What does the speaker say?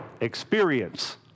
Experience